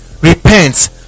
Repent